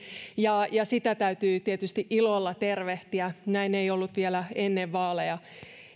ja sitä täytyy tietysti ilolla tervehtiä näin ei ollut vielä ennen vaaleja